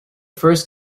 first